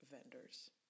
vendors